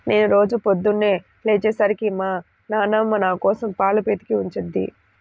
నేను రోజూ పొద్దన్నే లేచే సరికి మా నాన్నమ్మ నాకోసం పాలు పితికి ఉంచుద్ది